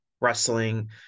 wrestling